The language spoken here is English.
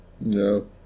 no